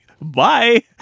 Bye